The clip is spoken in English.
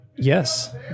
Yes